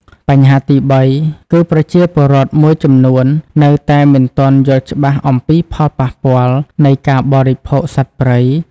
បញ្ហាទីបីគឺ ប្រជាពលរដ្ឋមួយចំនួននៅតែមិនទាន់យល់ច្បាស់អំពីផលប៉ះពាល់ នៃការបរិភោគសត្វព្រៃ។